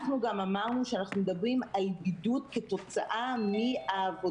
אנחנו גם אמרנו שאנחנו מדברים על בידוד כתוצאה מהעבודה.